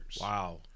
Wow